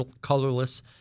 colorless